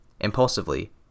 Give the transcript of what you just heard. Impulsively